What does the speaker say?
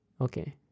Okay